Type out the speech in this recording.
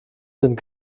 sind